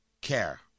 care